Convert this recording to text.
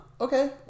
okay